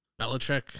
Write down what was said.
Belichick